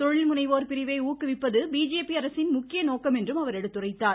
தொழில் முனைவோர் பிரிவை ஊக்குவிப்பது பிஜேபி அரசின் முக்கிய நோக்கம் என்றும் அவர் எடுத்துரைத்தார்